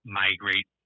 migrate